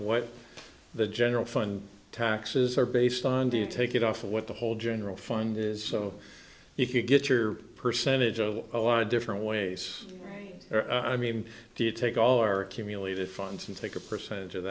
what the general fund taxes are based on do you take it off what the whole general fund is so if you get your percentage of a lot of different ways i mean do you take all our accumulated funds and take a percentage of